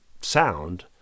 sound